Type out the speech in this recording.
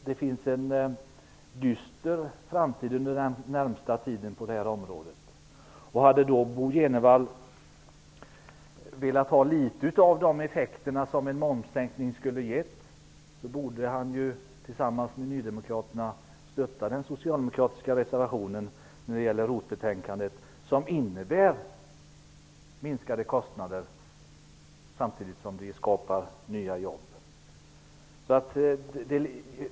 Den närmaste framtiden ser dyster ut på det här området. Om Bo G Jenevall hade velat ha litet av de effekter som en momssänkning skulle ha gett borde han tillsammans med övriga nydemokrater stötta den socialdemokratiska reservationen i ROT betänkandet. Den innebär minskade kostnader samtidigt som det skapas nya jobb. Herr talman!